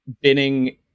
binning